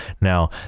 Now